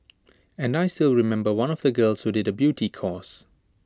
and I still remember one of the girls who did A beauty course